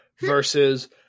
versus